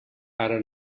ara